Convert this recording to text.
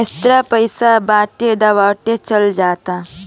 direct पईसा button दबावते चल जाता